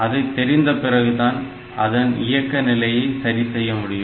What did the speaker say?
அதைத் தெரிந்த பிறகுதான் அதன் இயக்க நிலையை சரி செய்ய முடியும்